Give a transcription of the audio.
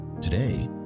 Today